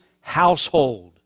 household